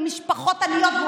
ממשפחות עניות,